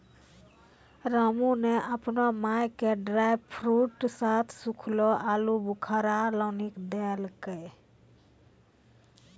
रामू नॅ आपनो माय के ड्रायफ्रूट साथं सूखलो आलूबुखारा लानी क देलकै